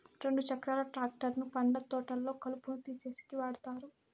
రెండు చక్రాల ట్రాక్టర్ ను పండ్ల తోటల్లో కలుపును తీసేసేకి వాడతారు